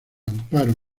amparo